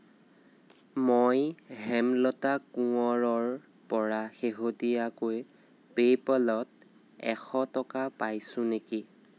মই হেমলতা কোঁৱৰৰ পৰা শেহতীয়াকৈ পে'পলত এশ টকা পাইছোঁ নেকি